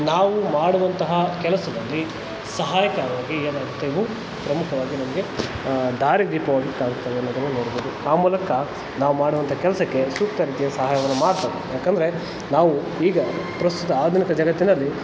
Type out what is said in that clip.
ನಾವು ಮಾಡುವಂತಹ ಕೆಲಸದಲ್ಲಿ ಸಹಾಯಕಾರಿಯಾಗಿ ಏನಾಗುತ್ತೆ ಇವು ಪ್ರಮುಖವಾಗಿ ನಮಗೆ ದಾರಿದೀಪವಾಗಿ ಕಾಣುತ್ತೆ ಅನ್ನೋದನ್ನು ನೋಡ್ಬೋದು ಆ ಮೂಲಕ ನಾವು ಮಾಡುವಂಥ ಕೆಲಸಕ್ಕೆ ಸೂಕ್ತ ರೀತಿಯ ಸಹಾಯವನ್ನು ಮಾಡ್ತಾ ಯಾಕಂದರೆ ನಾವು ಈಗ ಪ್ರಸ್ತುತ ಆಧುನಿಕ ಜಗತ್ತಿನಲ್ಲಿ